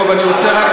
טוב, אני רוצה רק,